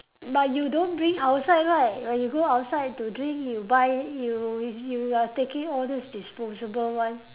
but you don't bring outside right when you go outside to drink you buy you you are taking all those disposable one